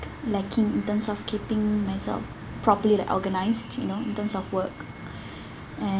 lacking in terms of keeping myself properly like organized you know in terms of work